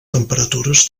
temperatures